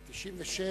ב-1996